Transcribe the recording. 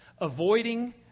avoiding